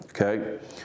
okay